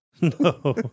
No